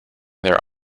there